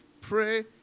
pray